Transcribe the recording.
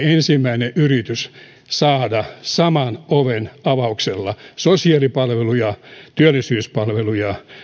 ensimmäinen yritys saada saman oven avauksella sosiaalipalveluja työllisyyspalveluja